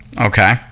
Okay